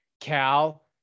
Cal